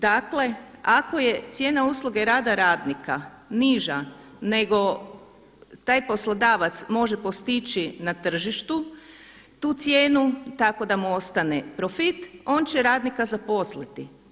Dakle ako je cijena usluge rada radnika niža nego taj poslodavac može postići na tržištu tu cijenu tako da mu ostane profit on će radnika zaposliti.